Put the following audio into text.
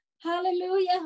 Hallelujah